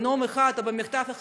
בנאום אחד או במכתב אחד,